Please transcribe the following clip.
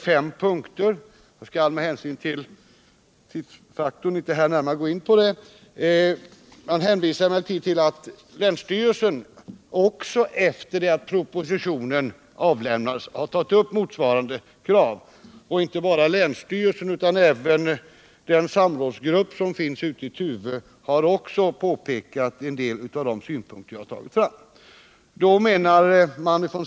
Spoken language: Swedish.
Jag skall med hänsyn till tidsfaktorn inte här gå närmare in på detta, men man hänvisar till att länsstyrelsen också efter det att propositionen avlämnats har tagit upp motsvarande krav. Vidare har den samrådsgrupp som finns i Tuve påpekat en del av de synpunkter som jag har fört fram.